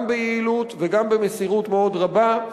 גם ביעילות וגם במסירות מאוד רבה.